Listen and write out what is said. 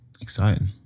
Exciting